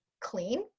clean